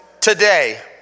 Today